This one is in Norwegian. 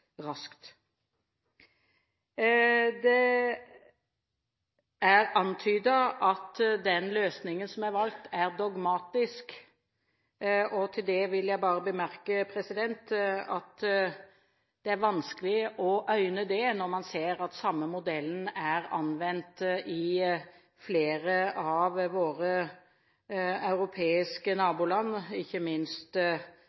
Det er antydet at den løsningen som er valgt, er dogmatisk. Til det vil jeg bare bemerke at det er vanskelig å øyne det når man ser at samme modell er anvendt i flere av våre europeiske